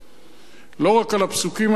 לא רק על הפסוקים אנחנו מהלכים,